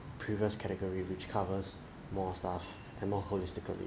previous category which covers more stuff and more holistically